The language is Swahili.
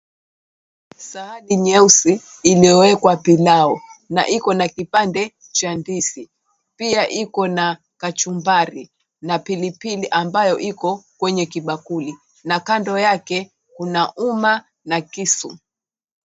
Sahani nyeusi imewekwa pilau na ikona kipande cha ndizi. Pia ikona kachumbari na pilipili ambayo iko kwenye kibakuli na kando yake kuna uma na kisu.